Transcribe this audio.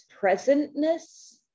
presentness